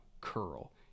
curl